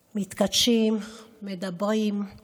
מתכתשים, מדברים על